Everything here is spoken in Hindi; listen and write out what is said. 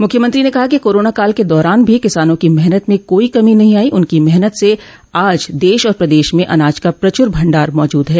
मुख्यमंत्री ने कहा कि कोरोना काल के दौरान भी किसानों की मेहनत में कोई कमी नहीं आई उनकी मेहनत से आज देश और प्रदेश में अनाज का प्रचुर भंडार मौजूद है